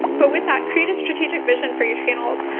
but with that, create a strategic vision for your channels.